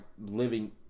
living